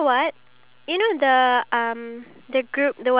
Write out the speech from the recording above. them playing and then at the top right hand or top bottom